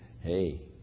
Hey